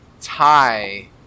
tie